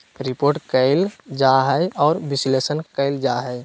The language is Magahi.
रिपोर्ट कइल जा हइ और विश्लेषण कइल जा हइ